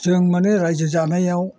जों माने रायजो जानायाव